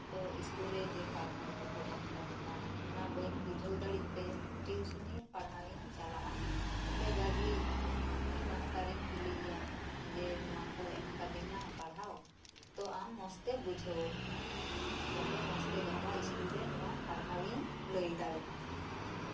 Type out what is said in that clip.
ᱛᱚ ᱤᱥᱠᱩᱞᱨᱮ ᱡᱮ ᱯᱟᱲᱦᱟᱣ ᱠᱩᱠᱩ ᱮᱢ ᱟᱠᱟᱫᱤᱧᱟᱹ ᱚᱱᱟ ᱵᱟᱹᱧ ᱵᱩᱡᱷᱟᱹᱣ ᱫᱟᱲᱤᱜᱛᱮ ᱴᱤᱩᱥᱩᱱᱤ ᱯᱟᱲᱦᱟᱣᱤᱧ ᱪᱟᱞᱟᱜᱼᱟ ᱚᱸᱰᱮ ᱡᱟᱜᱤ ᱩᱱᱤ ᱢᱟᱥᱴᱟᱨᱤᱧ ᱠᱩᱞᱤᱭᱮᱭᱟ ᱡᱮ ᱱᱚᱣᱟᱠᱩ ᱮᱢ ᱟᱠᱟᱫᱤᱧᱟᱹ ᱯᱟᱲᱦᱟᱣ ᱛᱚ ᱟᱢ ᱢᱚᱥᱛᱮ ᱵᱩᱡᱷᱟᱹᱣᱟᱹᱧ ᱢᱮ ᱡᱟᱛᱮ ᱢᱚᱥᱛᱮ ᱜᱟᱯᱟ ᱤᱥᱠᱩᱞᱨᱮ ᱱᱚᱣᱟ ᱯᱟᱲᱦᱟᱣᱤᱧ ᱞᱟᱹᱭᱫᱟᱲᱤᱜ